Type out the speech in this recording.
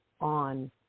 on